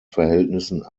verhältnissen